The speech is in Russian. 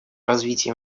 развитие